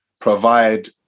provide